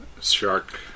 Shark